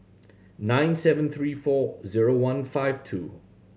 nine seven three four zero one five two